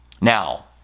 now